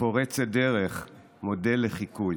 פורצת דרך, מודל לחיקוי.